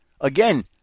again